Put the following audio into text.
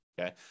Okay